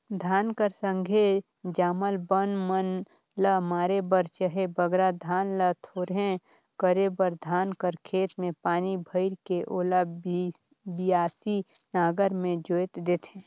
धान कर संघे जामल बन मन ल मारे बर चहे बगरा धान ल थोरहे करे बर धान कर खेत मे पानी भइर के ओला बियासी नांगर मे जोएत देथे